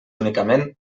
únicament